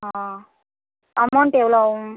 ஆ amount எவ்வளோ ஆகும்